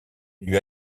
lui